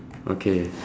okay